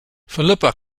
philippa